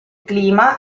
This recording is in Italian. clima